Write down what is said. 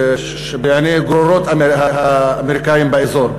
בעיני גרורות האמריקנים באזור.